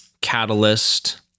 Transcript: catalyst